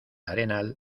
arenal